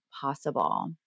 possible